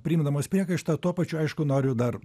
priimdamas priekaištą tuo pačiu aišku noriu dar